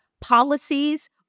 policies